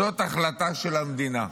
זאת החלטה של המדינה,